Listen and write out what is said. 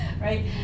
right